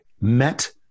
met